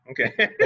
Okay